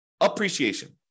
appreciation